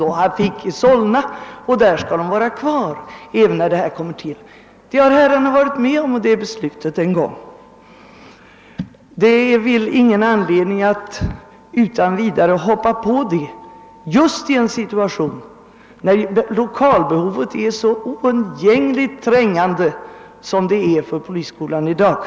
De låg då i Solna, och de skall vara kvar där även efter tillkomsten av detta nya. Det beslutet har herrarna en gång varit med om att fatta, och det finns ingen anledning att gå ifrån det beslutet just när lokalbehovet är så trängande som det är för polisskolan i dag.